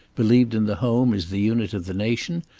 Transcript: believed in the home as the unit of the nation,